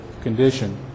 condition